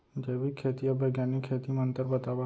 जैविक खेती अऊ बैग्यानिक खेती म अंतर बतावा?